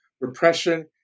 repression